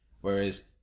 whereas